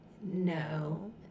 no